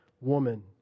woman